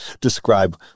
describe